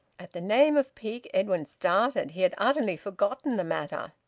at the name of peake, edwin started. he had utterly forgotten the matter.